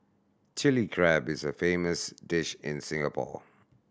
Chilli Crab is a famous dish in Singapore